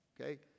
Okay